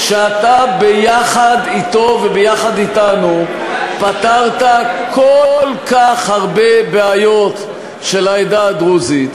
שאתה ביחד אתו וביחד אתנו פתרת כל כך הרבה בעיות של העדה הדרוזית,